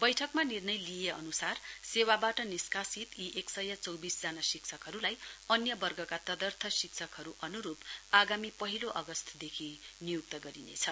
बैठकमा निर्णय लिइए अनुसार सेवावाट निस्कासित यी एक यस चौविस जना शिक्षकहरुलाई अन्य वर्गका तदर्थ शिक्षकहरु अनुरुप आगामी पहिलो अगस्त देखि नियुक्त गरिनेछ